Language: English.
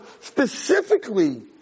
specifically